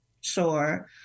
Sure